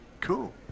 cool